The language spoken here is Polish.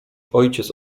ojciec